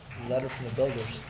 letter from the voters,